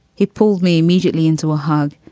he pulled me immediately into a hug,